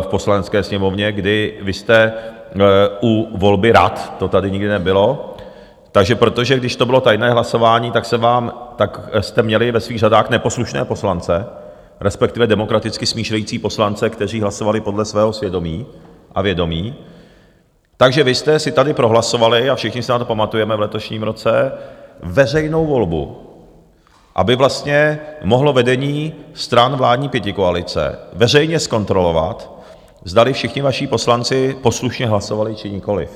v Poslanecké sněmovně, kdy vy jste u volby rad, to tady nikdy nebylo, takže protože když to bylo tajné hlasování, tak jste měli ve svých řadách neposlušné poslance, respektive demokraticky smýšlející poslance, kteří hlasovali podle svého svědomí a vědomí, takže vy jste si tady prohlasovali, a všichni se na to pamatujeme, v letošním roce veřejnou volbu, aby vlastně mohlo vedení stran vládní pětikoalice veřejně zkontrolovat, zdali všichni vaši poslanci poslušně hlasovali, či nikoliv.